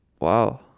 wow